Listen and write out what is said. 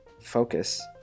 focus